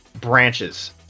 branches